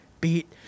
beat